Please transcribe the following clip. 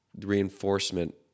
reinforcement